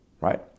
right